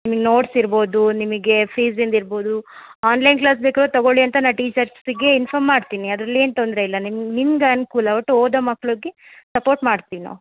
ನಿಮ್ಮ ನೋಟ್ಸ್ ಇರ್ಬೋದು ನಿಮಗೆ ಫೀಸಿಂದು ಇರ್ಬೋದು ಆನ್ಲೈನ್ ಕ್ಲಾಸ್ ಬೇಕಾದರೂ ತಗೊಳ್ಳಿ ಅಂತ ನಾ ಟೀಚರ್ಸ್ಸಿಗೆ ಇನ್ಫಾರ್ಮ್ ಮಾಡ್ತೀನಿ ಅದ್ರಲ್ಲೇನೂ ತೊಂದರೆ ಇಲ್ಲ ನಿಮ್ಮ ನಿಮ್ಗೆ ಅನುಕೂಲ ಒಟ್ಟು ಓದೋ ಮಕ್ಕಳಿಗೆ ಸಪೋರ್ಟ್ ಮಾಡ್ತೀವಿ ನಾವು